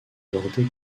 bordée